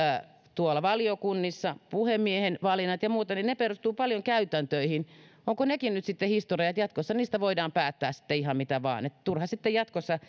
tuolla valiokunnissa puhemiehen valinnat ja muut perustu paljon käytäntöihin ovatko nekin nyt sitten historiaa että jatkossa niistä voidaan päättää sitten ihan mitä vain turha sitten jatkossa